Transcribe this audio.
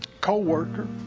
co-worker